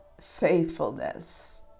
faithfulness